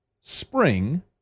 spring